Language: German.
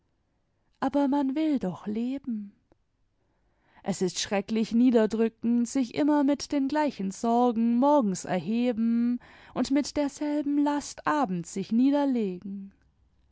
aber man will doch leben es ist schrecklich niederdrückend sich immer mit den gleichen sorgen morgens erheben und mit derselben last abends sich niederlegen